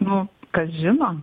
nu kas žino